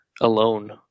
alone